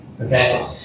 Okay